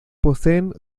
poseen